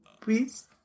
please